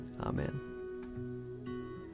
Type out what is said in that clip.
Amen